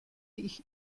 ich